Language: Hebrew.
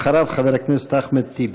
אחריו, חבר הכנסת אחמד טיבי.